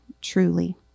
truly